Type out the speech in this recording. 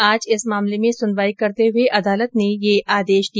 आज इस मामले में सुनवाई करते हुए अदालत ने ये आदेश दिया